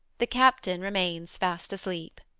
the captain remains fast asleep.